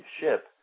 ship